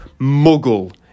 muggle